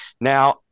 Now